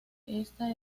esta